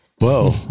Whoa